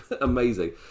Amazing